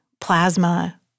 plasma